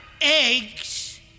eggs